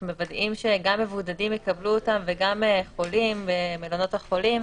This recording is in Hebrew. אנחנו מוודאים שגם מבודדים יקבלו אותם וגם חולים במלונות החולים,